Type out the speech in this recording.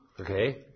Okay